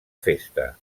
festa